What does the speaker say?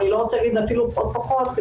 אני לא רוצה להגיד אפילו עוד פחות,